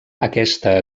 aquesta